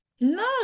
No